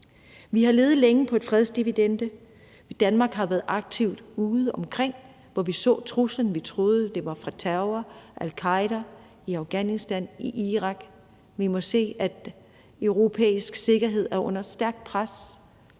Vi har levet længe på en fredsdividende. Danmark har været aktivt udeomkring, hvor vi så truslen, vi troede, det var fra terror, al-Qaeda, i Afghanistan, i Irak. Vi må se, at europæisk sikkerhed er under stærkt pres.